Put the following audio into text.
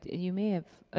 you may have.